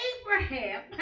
Abraham